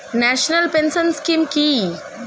National pension scheme কি?